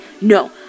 No